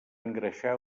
engreixar